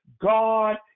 God